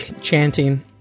chanting